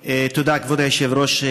תודה, כבוד היושב-ראש.